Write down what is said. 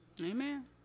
Amen